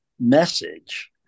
message